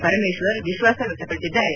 ಪರಮೇಶ್ವರ್ ವಿಶ್ವಾಸ ವ್ಯಕ್ತಪಡಿಸಿದ್ದಾರೆ